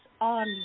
on